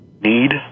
need